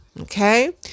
okay